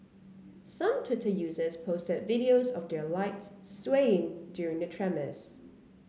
some Twitter users posted videos of their lights swaying during the tremors